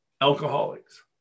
alcoholics